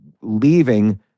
leaving